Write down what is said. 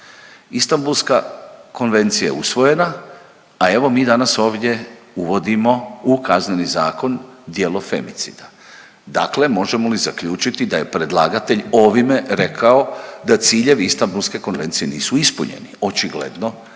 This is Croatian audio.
Istambulska konvencija je usvojena, a evo mi danas ovdje uvodimo u kazneni zakon djelo femicida. Dakle, možemo li zaključiti da je predlagatelj ovime rekao da ciljevi Istambulske konvencije nisu ispunjeni. Očigledno